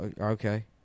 okay